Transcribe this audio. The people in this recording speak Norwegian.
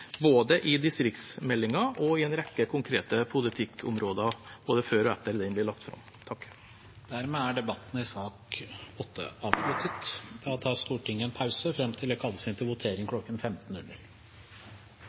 både i distriktsmeldingen og i en rekke konkrete politikkområder, både før og etter at den blir lagt fram. Debatten i sak nr. 8 er avsluttet. Stortinget tar en pause fram til det ringes til votering